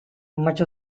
much